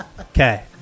Okay